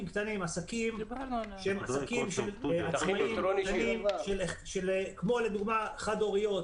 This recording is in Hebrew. עסקים עצמאים קטנים כמו של חד הוריות.